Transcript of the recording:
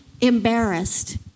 embarrassed